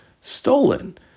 stolen